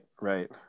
right